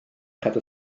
cadw